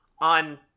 on